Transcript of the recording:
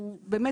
באמת,